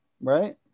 right